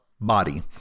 body